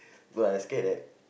but I scared that